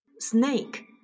Snake